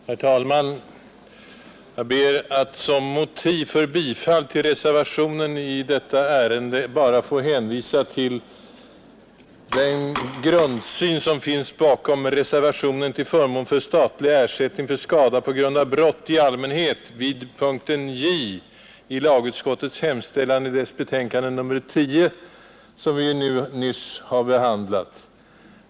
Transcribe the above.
Herr talman! Jag ber att som motiv för bifall till reservationen i detta betänkande endast få hänvisa till den principiella synen bakom den reservation till förmån för statlig ersättning för skada på grund av brott i allmänhet som avgivits vid punkten J i lagutskottets hemställan i dess betänkande nr 10 och som vi nyss diskuterade.